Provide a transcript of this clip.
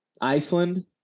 Iceland